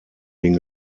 den